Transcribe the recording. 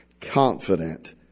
confident